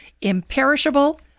imperishable